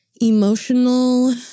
emotional